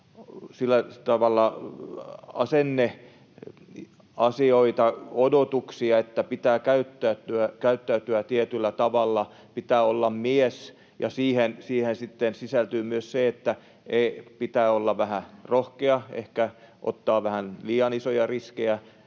tällaisia myös asenneasioita ja odotuksia, että pitää käyttäytyä tietyllä tavalla, pitää olla mies, ja siihen sitten sisältyy myös se, että pitää olla vähän rohkea ja ehkä ottaa vähän liian isoja riskejä